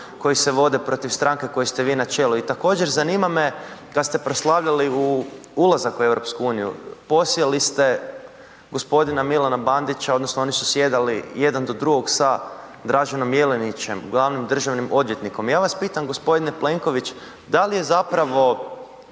koji se vode protiv stranke kojoj ste vi na čelu. I također, zanima me kad ste proslavljali ulazak u EU posjeli ste g. Milana Bandića odnosno oni su sjedali jedan do drugom sa Draženom Jelenićem, glavnim državnim odvjetnikom, ja vas pitam g. Plenković, dal je zapravo